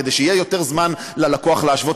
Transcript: כדי שיהיה יותר זמן ללקוח להשוות,